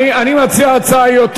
אני לא הופך את זה להצעה לסדר-היום.